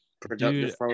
productive